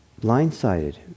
blindsided